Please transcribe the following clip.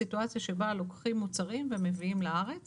סיטואציה שבה לוקחים מוצרים ומביאים לארץ